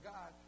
God